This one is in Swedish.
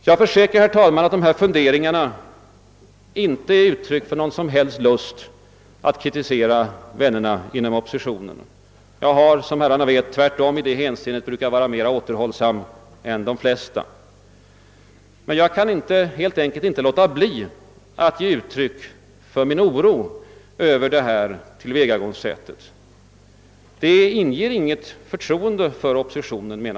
Jag försäkrar, herr talman, att dessa funderingar inte är ett uttryck för någon lust att kritisera våra vänner inom oppositionen. Jag har tvärtom som alla vet i det hänseendet brukat vara mera återhållsam än de flesta. Men jag kan helt enkelt inte låta bli att ge uttryck för min djupa oro över detta tillvägagångssätt. Jag menar att det inte inger något förtroende för oppositionen.